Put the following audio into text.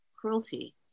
cruelty